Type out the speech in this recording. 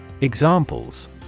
Examples